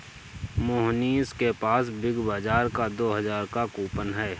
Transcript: मोहनीश के पास Big Bazaar का दो हजार का कूपन है